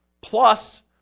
plus